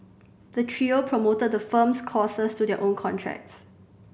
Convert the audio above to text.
the trio promoted the firm's courses to their own contacts